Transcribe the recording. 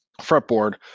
Fretboard